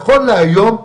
נכון להיום,